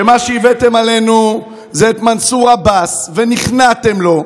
מה שהבאתם עלינו הוא מנסור עבאס, שנכנעתם לו.